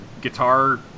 guitar